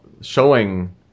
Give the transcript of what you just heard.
showing